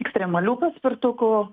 ekstremalių paspirtukų